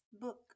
book